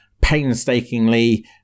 painstakingly